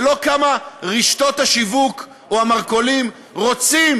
ולא כמה רשתות השיווק או המרכולים רוצים